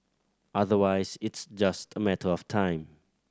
otherwise it's just a matter of time